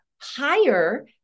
higher